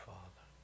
Father